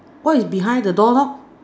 what is behind the door knob